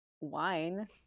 wine